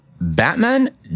Batman